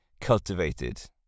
cultivated